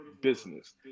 business